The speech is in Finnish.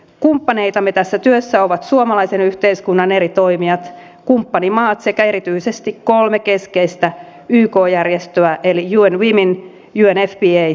kumppaneitamme tässä työssä ovat suomalaisen yhteiskunnan eri toimijat kumppanimaat sekä erityisesti kolme keskeistä yk järjestöä eli un women unfpa ja unicef